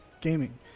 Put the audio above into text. gaming